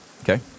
Okay